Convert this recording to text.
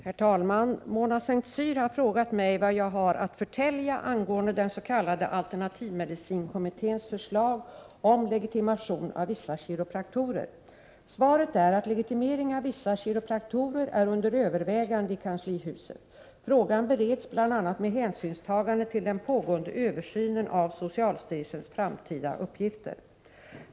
Herr talman! Mona Saint Cyr har frågat mig vad jag har att förtälja angående den s.k. alternativmedicinkommitténs förslag om legitimation av vissa kiropraktorer. Svaret är att legitimering av vissa kiropraktorer är under övervägande i kanslihuset. Frågan bereds bl.a. med hänsynstaganden till den pågående översynen av socialstyrelsens framtida uppgifter.